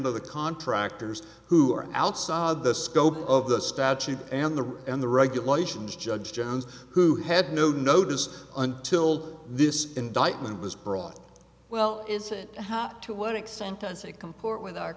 to the contractors who are outside the scope of the statute and the and the regulations judge jones who had no notice until this indictment was brought well is it hot to what extent does it comport with our